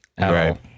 Right